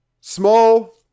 Small